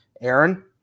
Aaron